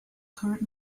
current